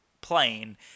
plane